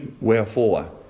Wherefore